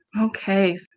Okay